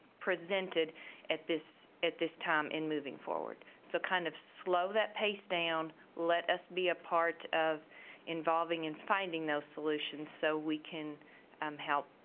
presented at this at this time in moving forward so kind of slow that pace down let us be a part of involving and finding those solutions so we can um help